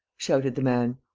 shouted the man.